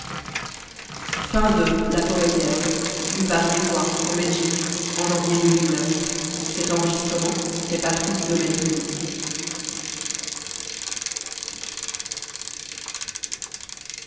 la forêt vierge o